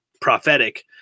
prophetic